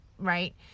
right